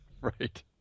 Right